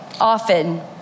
often